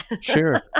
Sure